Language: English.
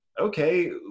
okay